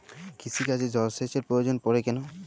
কৃষিকাজে জলসেচের প্রয়োজন পড়ে কেন?